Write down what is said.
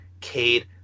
Cade